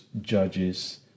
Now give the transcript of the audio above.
judges